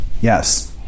Yes